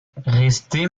restez